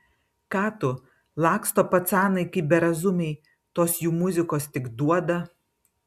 ką tu laksto pacanai kaip berazumiai tos jų muzikos tik duoda